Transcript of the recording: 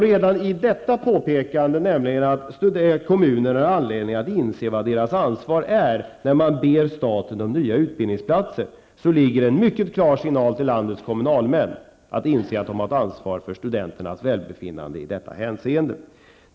Redan i detta påpekande, nämligen att kommunerna har anledning att inse vad deras ansvar är när de ber staten om nya utbildningsplatser, ligger en mycket klar signal till landets kommunalmän att de bör inse att de har ett ansvar för studenternas välbefinnande i detta hänseende.